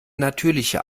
natürliche